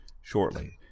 shortly